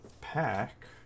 pack